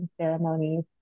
ceremonies